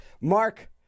Mark